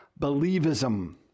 believism